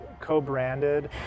co-branded